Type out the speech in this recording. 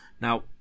Now